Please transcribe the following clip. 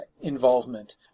involvement